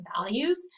values